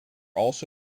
also